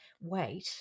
wait